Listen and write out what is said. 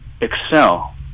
excel